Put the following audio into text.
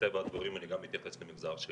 ומטבע הדברים אני גם מתייחס למגזר שלי,